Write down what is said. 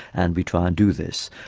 and we try and do this.